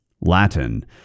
Latin